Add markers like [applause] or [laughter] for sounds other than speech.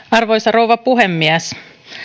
[unintelligible] arvoisa rouva puhemies